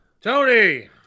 Tony